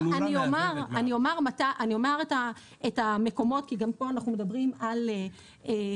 אני אומר את המקומות כי גם פה אנחנו מדברים על המשאבים,